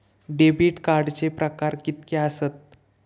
Debit कार्डचे प्रकार कीतके आसत?